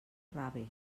rave